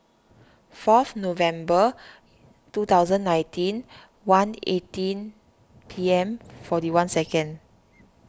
forth November two thousand and nineteen one eighteen P M forty one seconds